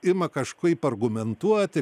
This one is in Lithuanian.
ima kažkaip argumentuoti